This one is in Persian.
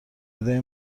ندای